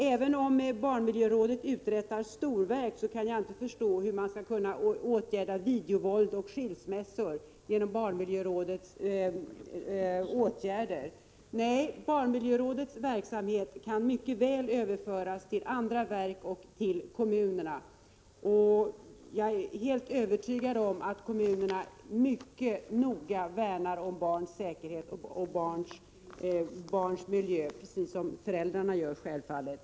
Även om barnmiljörådet uträttar storverk kan jag inte förstå hur man skall kunna åtgärda videovåld och skilsmässor genom rådets åtgärder. Nej, barnmiljörådets uppgifter kan mycket väl överföras till andra verk och till kommunerna. Jag är helt övertygad om att kommunerna mycket noga värnar om barns säkerhet och barns miljö, precis som självfallet också föräldrarna gör.